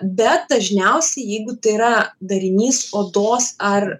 bet dažniausiai jeigu tai yra darinys odos ar